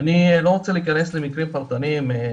אני לא רוצה להיכנס למקרים פרטניים,